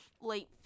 late